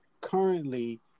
currently